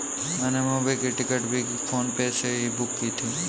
मैंने मूवी की टिकट भी फोन पे से ही बुक की थी